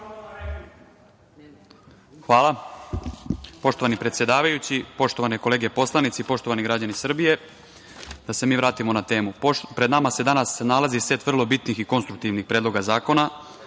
Hvala. Poštovani predsedavajući, poštovane kolege poslanici, poštovani građani Srbije, da se mi vratimo na temu. Pred nama se danas nalazi set vrlo bitnih i konstruktivnih predloga zakona,